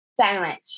sandwich